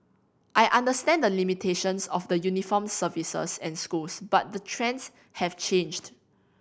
I understand the limitations of the uniformed services and schools but the trends have changed